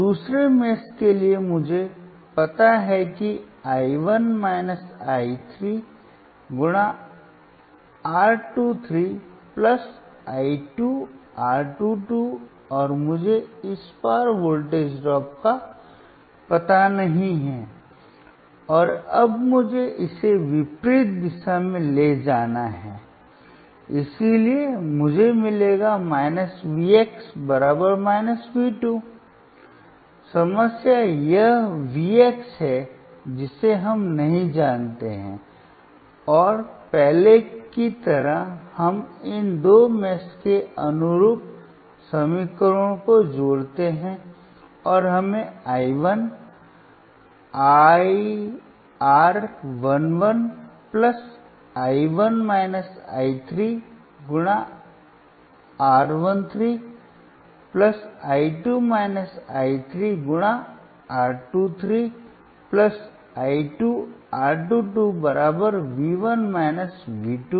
अब दूसरे मेष के लिए मुझे पता है कि i 2 i 3 R 2 3 i 2 R 2 2 और मुझे इस पार वोल्टेज ड्रॉप का पता नहीं है और अब मुझे इसे विपरीत दिशा में ले जाना है इसलिए मुझे मिलेगा V x V 2 समस्या यह Vx है जिसे हम नहीं जानते हैं और पहले की तरह हम इन दो मेष के अनुरूप समीकरणों को जोड़ते हैं और हमें i 1 R 1 1 i 1 i 3 × R 1 3 i 2 i 3 × R 2 3 i 2 R 2 2 V 1 V 2